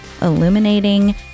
illuminating